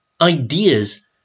ideas